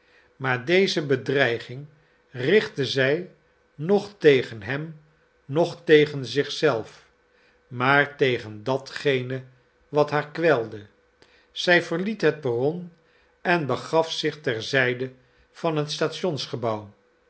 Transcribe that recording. maar deze bedreiging richtte zij noch tegen hem noch tegen zichzelf maar tegen datgene wat haar kwelde zij verliet het perron en begaf zich ter zijde van het stationsgebouw